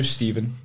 Stephen